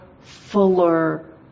fuller